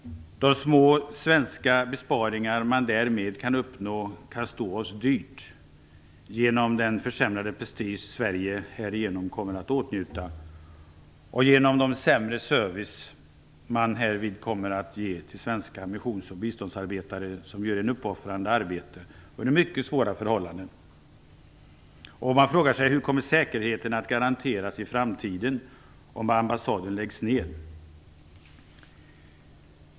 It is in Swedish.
De små svenska besparingar man därmed kan uppnå kan stå oss dyrt genom den försämrade prestige som Sverige därigenom kommer att få och genom den sämre service man härvid kommer att ge de svenska missionsarbetare och biståndsarbetare som gör ett uppoffrande arbete under mycket svåra förhållanden. Man frågar sig hur säkerheten kommer att garanteras i framtiden, om ambassaden läggs ned.